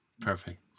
perfect